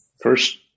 first